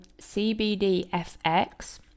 CBDFX